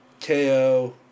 KO